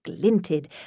glinted